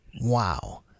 Wow